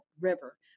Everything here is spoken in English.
river